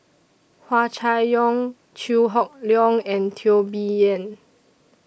Hua Chai Yong Chew Hock Leong and Teo Bee Yen